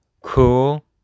cool